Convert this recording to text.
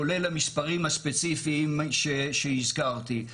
כולל המספרים הספציפיים שהזכרתי,